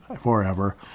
forever